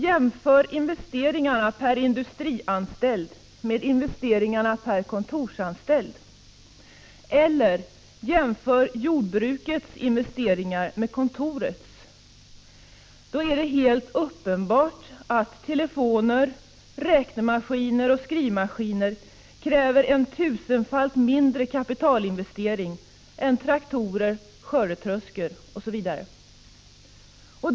Jämför investeringarna per industrianställd med investeringarna per kontorsanställd! Eller jämför jordbrukets investeringar med kontorets! Det framstår då som helt uppenbart att telefoner, räknemaskiner och skrivmaskiner kräver en tusenfalt mindre kapitalinvestering än traktorer, skördetröskor osv.